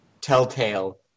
Telltale